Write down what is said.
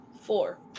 four